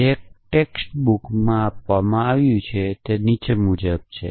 જે એક ટેક્સ્ટ બુકમાં આપવામાં આવ્યું છે તે નીચે મુજબ છે